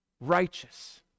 Righteous